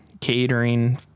catering